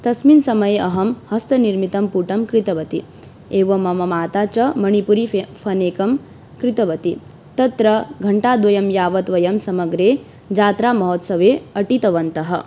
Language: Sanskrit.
तस्मिन् समये अहं हस्तनिर्मितं पुटं कृतवती एवं मम माता च मणिपुरी फ़नेकं कृतवती तत्र घण्टाद्वयं यावत् वयं समग्रे यात्रामहोत्सवे अटितवन्तः